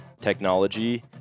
technology